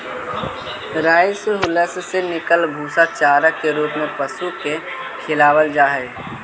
rice hulls से निकलल भूसा चारा के रूप में पशु के खिलावल जा हई